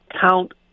count